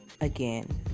again